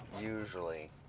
usually